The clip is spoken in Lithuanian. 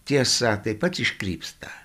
tiesa taip pat iškrypsta